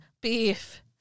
beef